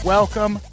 Welcome